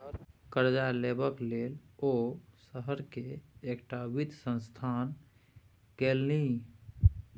करजा लेबाक लेल ओ शहर केर एकटा वित्त संस्थान गेलनि